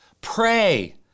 pray